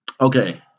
Okay